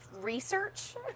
research